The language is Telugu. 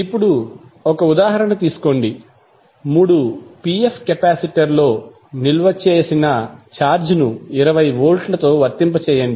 ఇప్పుడు ఒక ఉదాహరణ తీసుకోండి 3 పిఎఫ్ కెపాసిటర్లో నిల్వ చేసిన ఛార్జ్ను 20 వోల్ట్తో వర్తింపజేయండి